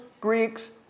Greeks